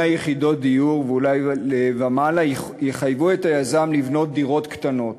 יחידות דיור ומעלה יחייבו את היזם לבנות דירות קטנות.